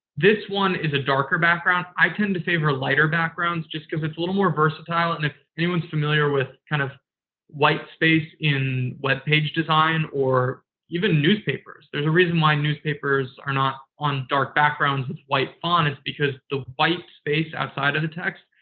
this one is a darker background. i tend to favor lighter backgrounds just because it's a little more versatile. and if anyone's familiar with kind of white space in web page design or even newspapers, there's a reason why newspapers are not on dark backgrounds with white font, is because the white space outside of the text,